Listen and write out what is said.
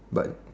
but